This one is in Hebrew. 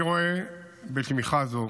אני רואה בתמיכה זו